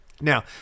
Now